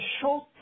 short